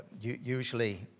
Usually